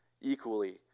equally